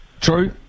True